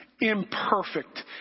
imperfect